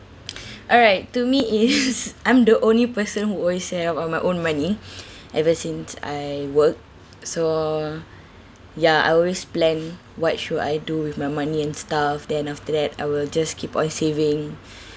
alright to me is I'm the only person who always save up on my own money ever since I work so ya I always plan what should I do with my money and stuff then after that I will just keep on saving